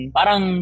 parang